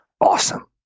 awesome